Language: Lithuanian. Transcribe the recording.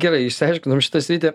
gerai išsiaiškinom šitą sritį